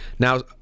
Now